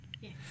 Yes